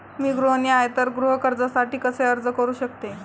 मी गृहिणी आहे तर गृह कर्जासाठी कसे अर्ज करू शकते?